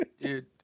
Dude